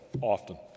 often